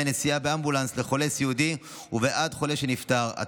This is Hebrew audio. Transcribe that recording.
נסיעה באמבולנס לחולה סיעודי ובעד חולה שנפטר),